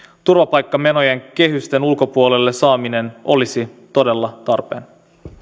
turvapaikkamenojen saaminen kehysten ulkopuolelle olisi todella tarpeen